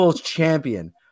champion